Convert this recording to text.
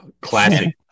classic